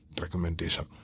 recommendation